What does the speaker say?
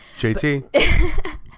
JT